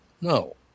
No